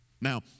Now